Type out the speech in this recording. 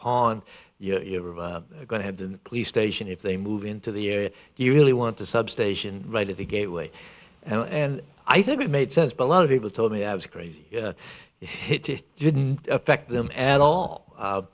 pawn you are going to have the police station if they move into the area you really want to substation right at the gateway and i think it made sense but a lot of people told me i was crazy hit it didn't affect them at all